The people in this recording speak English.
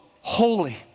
holy